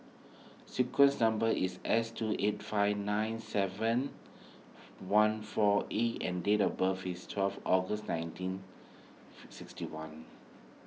sequence number is S two eight five nine seven one four A and date of birth is twelve August nineteen sixty one